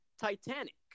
Titanic